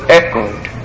echoed